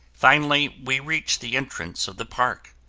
finally we reach the entrance of the park.